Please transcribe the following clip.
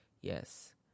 Yes